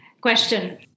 Question